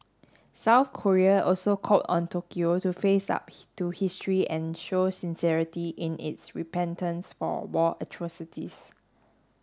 South Korea also called on Tokyo to face up to history and show sincerity in its repentance for war atrocities